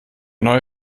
neue